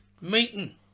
Meeting